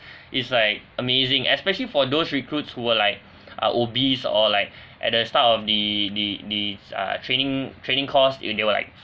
is like amazing especially for those recruits who were like ah obese or like at the start of the the thw uh training training course it they were like